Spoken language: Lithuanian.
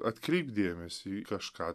atkreipk dėmesį į kažką